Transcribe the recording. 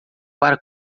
para